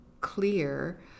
clear